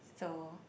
so